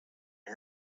him